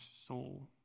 soul